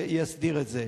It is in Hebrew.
יסדיר את זה.